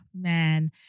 man